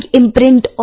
imprint